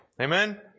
Amen